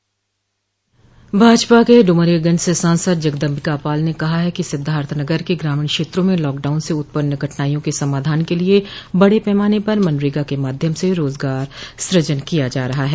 भाजपा के ड्रमरियागंज से सांसद जगदम्बिका पाल ने कहा कि सिद्धार्थनगर के ग्रामीण क्षेत्रों में लॉकडाउन से उत्पन्न कठिनाइयों के समाधान के लिये बड़े पैमाने पर मनरेगा के माध्यम से रोजगार सुजन किया जा रहा है